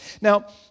Now